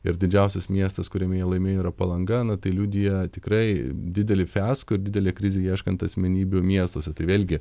ir didžiausias miestas kuriame jie laimėjo yra palanga na tai liudija tikrai didelį fiasko didelę krizę ieškant asmenybių miestuose tai vėlgi